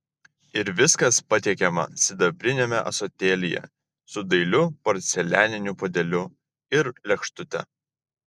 ir viskas patiekiama sidabriniame ąsotėlyje su dailiu porcelianiniu puodeliu ir lėkštute